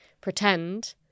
pretend